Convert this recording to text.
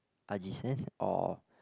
Ajisen or